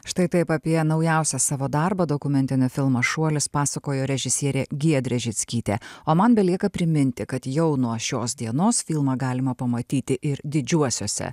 štai taip apie naujausią savo darbą dokumentinį filmą šuolis pasakojo režisierė giedrė žickytė o man belieka priminti kad jau nuo šios dienos filmą galima pamatyti ir didžiuosiuose